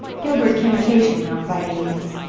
gilbert came occasionally on friday evenings.